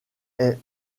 est